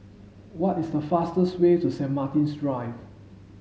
what is the fastest way to Saint Martin's Drive